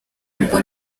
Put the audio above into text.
ngo